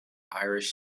irish